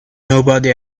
nobody